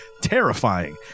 terrifying